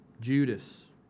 Judas